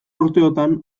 urteotan